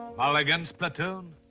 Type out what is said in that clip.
mulligan's platoon?